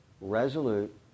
resolute